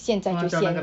现在就先